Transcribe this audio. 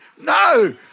No